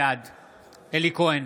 בעד אלי כהן,